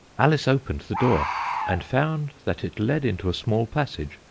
alice opened the door and found that it led into a small passage,